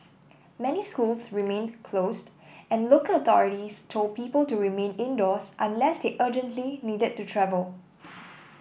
many schools remained closed and local authorities told people to remain indoors unless they urgently needed to travel